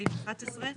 בסעיף 11,